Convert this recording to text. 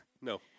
No